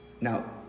Now